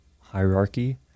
hierarchy